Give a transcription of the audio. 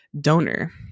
donor